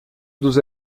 dos